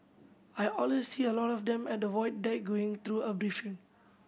I always see a lot of them at the Void Deck going through a briefing